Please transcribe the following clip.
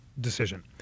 decision